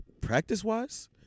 practice-wise